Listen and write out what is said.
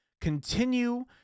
continue